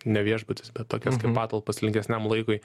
ne viešbutis bet tokias kaip patalpas lengvesniam laikui